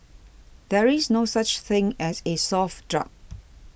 there is no such thing as a soft drug